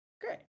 great